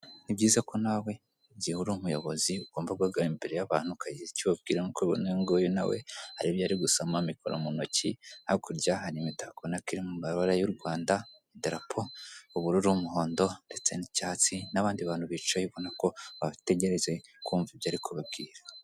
Ni byiza ko nawe igihe uri umuyobozi ugomba guhagarara imbere y'abantu ukagira icyo ubabwira nk'uko ubibona uyu nguyu na we hari ibyo ari gusoma mikoro mu ntoki hakurya hari imitako ubona ko iri mu mabara y' u Rwanda idarapo ubururu umuhondo ndetse n'icyatsi n'abandi bantu bicaye ubona ko bategereje kumva ibyo ari kubabwira.